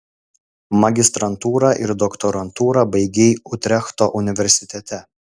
magistrantūrą ir doktorantūrą baigei utrechto universitete